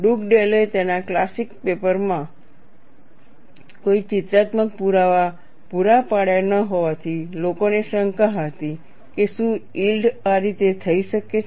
ડુગડેલે તેના classic paper માં કોઈ ચિત્રાત્મક પુરાવા પૂરા પાડ્યા ન હોવાથી લોકોને શંકા હતી કે શું યીલ્ડ આ રીતે થઈ શકે છે